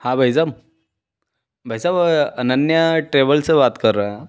हाँ भाई साहब भाई साहब अनन्या ट्रैवल से बात कर रहे हैं